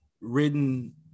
Written